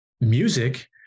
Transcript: music